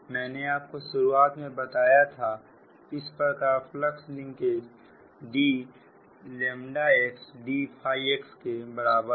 मैंने आपको शुरुआत में बताया था इस प्रकार फ्लक्स लिंकेज dxdxके बराबर है